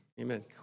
Amen